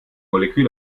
molekül